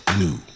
new